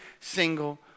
single